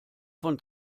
von